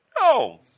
No